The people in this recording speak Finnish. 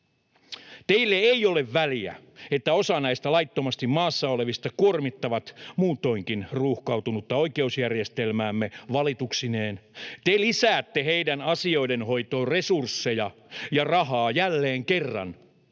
Teille ei ole väliä, että osa näistä laittomasti maassa olevista kuormittaa muutoinkin ruuhkautunutta oikeusjärjestelmäämme valituksineen. Te lisäätte heidän asioidensa hoitoon resursseja ja rahaa jälleen kerran,